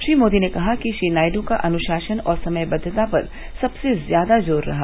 श्री मोदी ने कहा कि श्री नायडू का अनुषासन और समयबद्वता पर सबसे ज्यादा जोर रहा